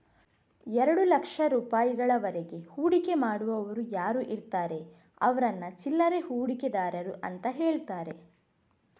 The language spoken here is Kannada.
ಎರಡು ಲಕ್ಷ ರೂಪಾಯಿಗಳವರೆಗೆ ಹೂಡಿಕೆ ಮಾಡುವವರು ಯಾರು ಇರ್ತಾರೆ ಅವ್ರನ್ನ ಚಿಲ್ಲರೆ ಹೂಡಿಕೆದಾರರು ಅಂತ ಹೇಳ್ತಾರೆ